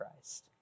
Christ